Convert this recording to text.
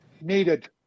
needed